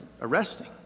arresting